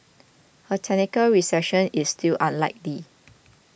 a technical recession is still unlikely